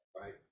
Right